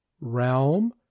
Realm